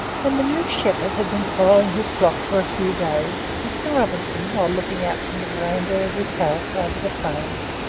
when the new shepherd had been following his flock for a few days, mr. robinson, while looking out from the verandah of his house over the plains,